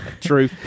true